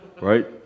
right